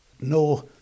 No